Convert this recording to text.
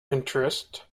interest